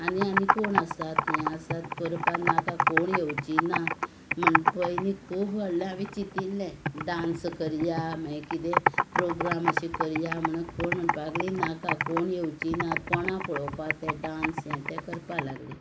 आनी आनी कोण आसात हें आसात करपा नाका कोण येवचीं नात म्हण पयलीं खूब व्हडलें आमी चिंतिल्लें डांस करया माय किदें प्रोग्राम अशें करया म्हण कोण म्हणपाक लागलीं नाका कोण येवचीं नात कोणा पळोवपाक ते डांस हें तें करपा लागलीं